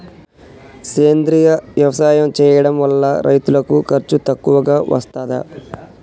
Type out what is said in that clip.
సేంద్రీయ వ్యవసాయం చేయడం వల్ల రైతులకు ఖర్చు తక్కువగా వస్తదా?